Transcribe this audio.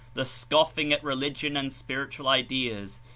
the scofl ng at religion and spiritual ideas,